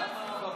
טוב?